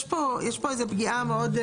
יש פה איזה פגיעה מאוד,